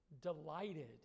delighted